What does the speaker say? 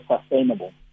sustainable